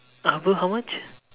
above how much